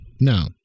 Now